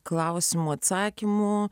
klausimo atsakymo